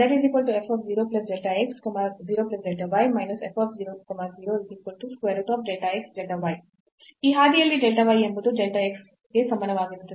ಈ ಹಾದಿಯಲ್ಲಿ delta y ಎಂಬುದು delta x ಗೆ ಸಮಾನವಾಗಿರುತ್ತದೆ